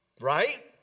Right